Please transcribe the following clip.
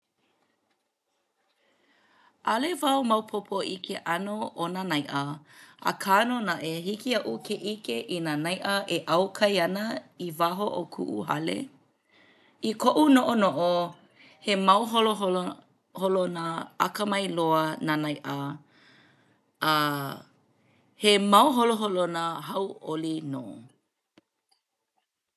ʻAʻole wau maopopo i ke ʻano o nā naiʻa akā nō naʻe hiki iaʻu ke ʻike i nā naiʻa e ʻau kai ʻana i waho o kuʻu hale. I koʻu noʻonoʻo, he mau holoholo holona akamai loa nā naiʻa a he mau holoholona hauʻoli nō.